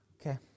Okay